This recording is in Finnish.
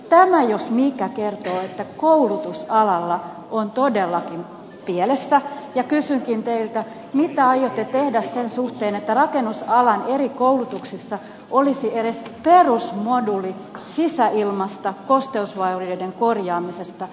tämä jos mikä kertoo että koulutus alalla on todellakin pielessä ja kysynkin teiltä mitä aiotte tehdä sen suhteen että rakennusalan eri koulutuksissa olisi edes perusmoduuli sisäilmasta kosteusvaurioiden korjaamisesta